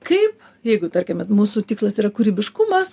kai jeigu tarkime mūsų tikslas yra kūrybiškumas